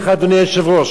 אדוני היושב-ראש,